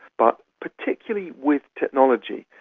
but particularly with technology.